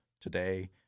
today